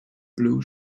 blue